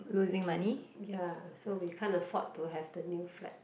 hmm ya so we can't afford to have the new flat